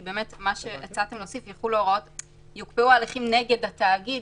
כי מה שהצעתם להוסיף "יוקפאו ההליכים נגד התאגיד"